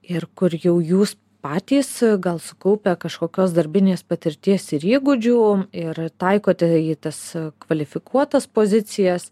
ir kur jau jūs patys gal sukaupę kažkokios darbinės patirties ir įgūdžių ir taikote į tas kvalifikuotas pozicijas